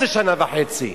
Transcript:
שופט לוקח שנה וחצי.